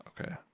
Okay